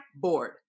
board